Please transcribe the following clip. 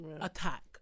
attack